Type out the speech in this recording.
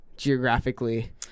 geographically